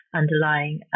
underlying